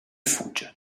fugge